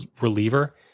reliever